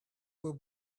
will